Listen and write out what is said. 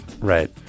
Right